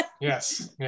Yes